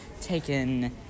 taken